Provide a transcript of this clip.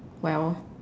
well